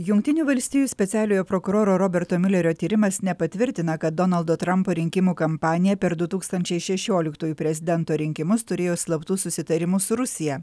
jungtinių valstijų specialiojo prokuroro roberto miulerio tyrimas nepatvirtina kad donaldo trampo rinkimų kampanija per du tūkstančiai šešioliktųjų prezidento rinkimus turėjo slaptų susitarimų su rusija